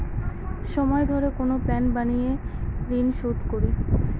সময় ধরে কোনো প্ল্যান বানিয়ে ঋন শুধ করি